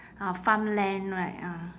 ah farmland right ah